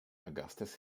augustus